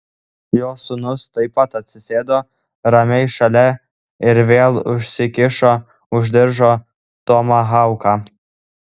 jo sūnus taip pat atsisėdo ramiai šalia ir vėl užsikišo už diržo tomahauką